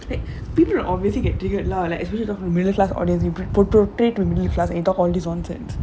like people will obviously get triggered lah like especially the middle class audience you po~ tro~ portray the middle class and talk all this nonsense